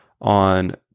on